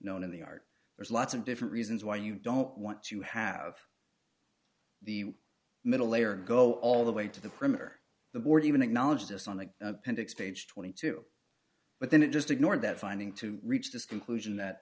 known in the art there's lots of different reasons why you don't want to have the middle layer go all the way to the perimeter the board even acknowledged this on the appendix page twenty two dollars but then it just ignored that finding to reach this conclusion that